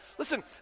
Listen